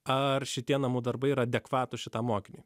ar šitie namų darbai yra adekvatūs šitą mokinį